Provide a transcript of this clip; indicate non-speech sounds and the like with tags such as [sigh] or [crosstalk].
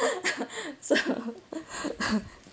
[laughs] so [laughs]